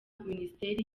minisiteri